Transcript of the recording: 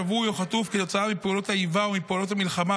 שבוי או חטוף כתוצאה מפעולות האיבה או מפעולות המלחמה,